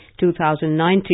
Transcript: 2019